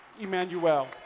Emmanuel